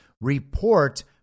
report